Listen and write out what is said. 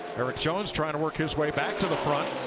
jones trying to work his way back to the front.